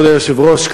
כבוד היושב-ראש,